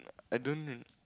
I don't re~